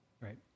right